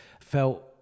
felt